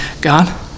God